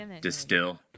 Distill